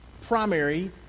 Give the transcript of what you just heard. primary